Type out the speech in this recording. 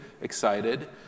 excited